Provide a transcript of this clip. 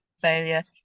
failure